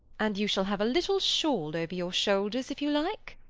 and you shall have a little shawl over your shoulders if you like.